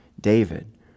David